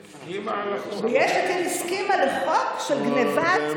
יש עתיד הסכימה לחוק של גנבת דעת הבוחרים.